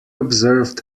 observed